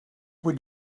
would